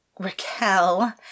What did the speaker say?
Raquel